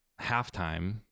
halftime